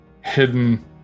hidden